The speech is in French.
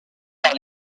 par